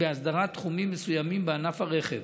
בהסדרת תחומים מסוימים בענף הרכב.